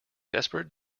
desperate